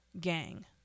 gang